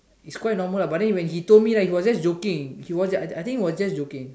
it's quite normal but then when he told me right he was just joking I think he was just joking